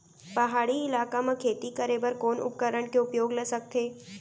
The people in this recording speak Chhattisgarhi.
पहाड़ी इलाका म खेती करें बर कोन उपकरण के उपयोग ल सकथे?